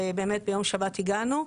ובאמת ביום שבת הגענו.